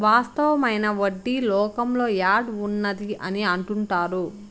వాస్తవమైన వడ్డీ లోకంలో యాడ్ ఉన్నది అని అంటుంటారు